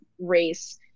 race